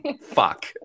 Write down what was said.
Fuck